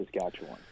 Saskatchewan